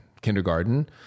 kindergarten